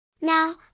Now